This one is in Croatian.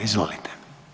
Izvolite.